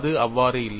அது அவ்வாறு இல்லை